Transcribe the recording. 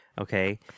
Okay